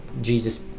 Jesus